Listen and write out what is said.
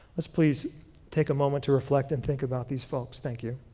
let's please take a moment to reflect and think about these folks. thank you.